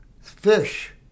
fish